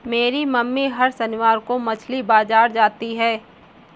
मेरी मम्मी हर शनिवार को मछली बाजार जाती है